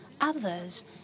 others